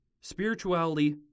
spirituality